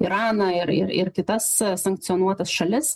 iraną ir ir ir kitas sankcionuotas šalis